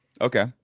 okay